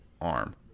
arm